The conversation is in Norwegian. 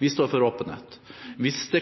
Vi står for åpenhet. Hvis det